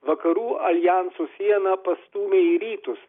vakarų aljanso sieną pastūmė į rytus